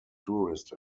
tourist